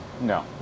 No